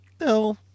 No